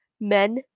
men